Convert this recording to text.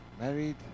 married